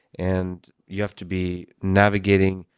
and you have to be navigating,